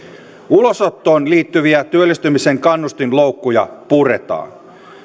ulosottoon liittyviä työllistymisen kannustinloukkuja puretaan